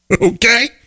Okay